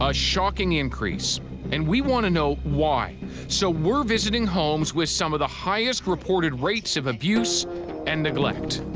ah shocking increase and we want to know why so we're visiting homes with some of the highest reported rates of abuse and neglect.